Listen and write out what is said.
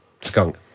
skunk